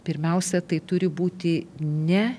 pirmiausia tai turi būti ne